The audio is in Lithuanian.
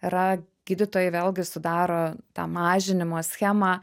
yra gydytojai vėlgi sudaro tą mažinimo schemą